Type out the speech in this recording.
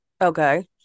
okay